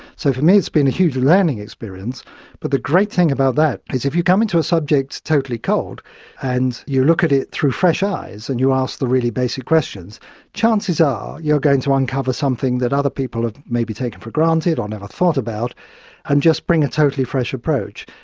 so for me it's been a huge learning experience but the great thing about that is if you come into a subject totally cold and you look at it through fresh eyes and you ask the really basic questions chances are you're going to uncover something that other people have maybe taken for granted or never thought about and just bring a totally fresh approach.